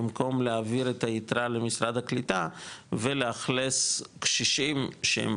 במקום להעביר את הייתרה למשרד הקליטה ולאכלס קשישים שהם